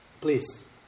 please